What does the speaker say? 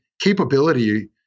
capability